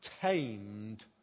tamed